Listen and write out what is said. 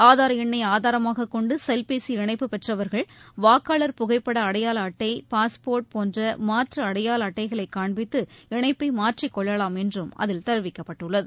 ஆதார் எண்ணை ஆதாரமாகக் கொண்டு செல்பேசி இணைப்பு பெற்றவர்கள் வாக்காளர் புகைப்பட அடையாள அட்டை பாஸ்போ்ட் போன்ற மாற்று அடையாள அட்டைகளை காண்பித்து இணைப்பை மாற்றிக் கொள்ளலாம் என்றும் அதில் தெரிவிக்கப்பட்டுள்ளது